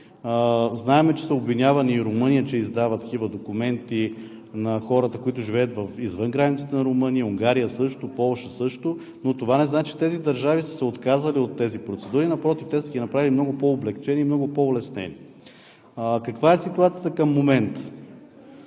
Знаем, че са обвинявани и Румъния, че издава такива документи на хората, които живеят извън границата на Румъния, Унгария също, Полша също, но това не значи, че тези държави са се отказали от тези процедури – напротив, те са ги направили много по-облекчени и много по-улеснени. Каква е ситуацията към момента?